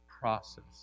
process